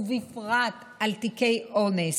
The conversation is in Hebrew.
ובפרט על תיקי אונס,